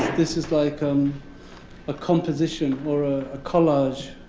this is like um a composition or a collage,